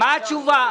מה התשובה?